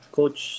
coach